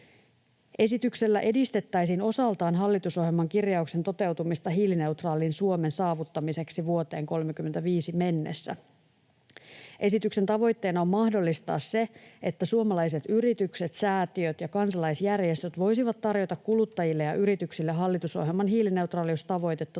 Esityksellä edistettäisiin osaltaan hallitusohjelman kirjauksen toteutumista hiilineutraalin Suomen saavuttamiseksi vuoteen 35 mennessä. Esityksen tavoitteena on mahdollistaa se, että suomalaiset yritykset, säätiöt ja kansalaisjärjestöt voisivat tarjota kuluttajille ja yrityksille hallitusohjelman hiilineutraaliustavoitetta